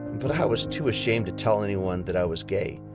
but i was too ashamed to tell anyone that i was gay.